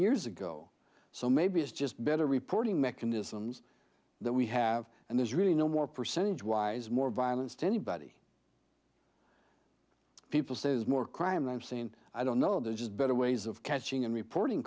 years ago so maybe it's just better reporting mechanisms that we have and there's really no more percentage wise more violence to anybody people say is more crime scene i don't know there's just better ways of catching and reporting